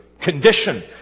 condition